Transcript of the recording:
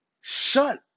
Shut